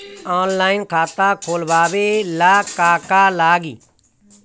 Online खाता खोलबाबे ला का का लागि?